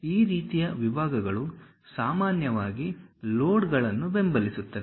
ಈ ರೀತಿಯ ವಿಭಾಗಗಳು ಸಾಮಾನ್ಯವಾಗಿ ಲೋಡ್ಗಳನ್ನು ಬೆಂಬಲಿಸುತ್ತವೆ